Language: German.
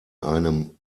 einem